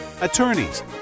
attorneys